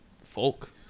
Folk